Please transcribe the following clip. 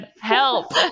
help